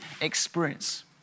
experience